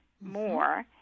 more